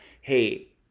hey